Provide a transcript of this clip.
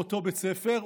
באותו בית ספר,